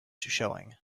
showing